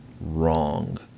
wrong